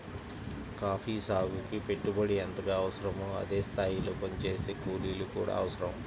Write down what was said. coffee సాగుకి పెట్టుబడి ఎంతగా అవసరమో అదే స్థాయిలో పనిచేసే కూలీలు కూడా అవసరం